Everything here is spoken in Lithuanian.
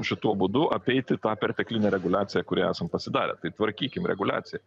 šituo būdu apeiti tą perteklinę reguliaciją kurią esam pasidarę tai tvarkykim reguliaciją